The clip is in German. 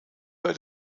bei